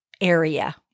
area